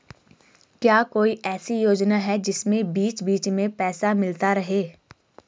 क्या कोई ऐसी योजना है जिसमें बीच बीच में पैसा मिलता रहे?